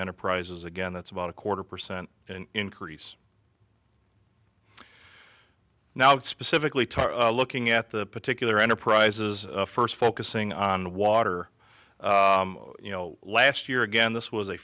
enterprises again that's about a quarter percent increase now specifically tara looking at the particular enterprise's first focusing on water you know last year again this was a